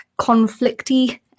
conflicty